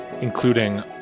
Including